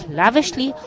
lavishly